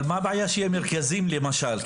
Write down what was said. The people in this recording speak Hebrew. אבל מה הבעיה שיהיו מרכזים מסוימים למשל?